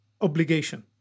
obligation